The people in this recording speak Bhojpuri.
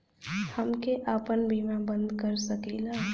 हमके आपन बीमा बन्द कर सकीला?